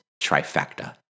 trifecta